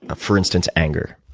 ah for instance, anger.